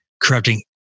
corrupting